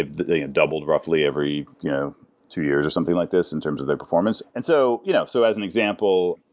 ah they doubled roughly every yeah two years or something like this in terms of their performance. and so you know so as an example,